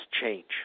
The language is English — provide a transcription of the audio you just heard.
change